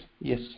yes